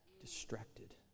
distracted